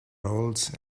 roles